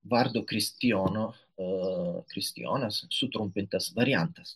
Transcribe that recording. vardo kristijono o kristijonas sutrumpintas variantas